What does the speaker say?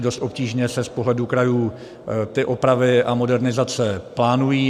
Dost obtížně se z pohledu krajů opravy a modernizace plánují.